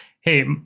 hey